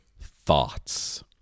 thoughts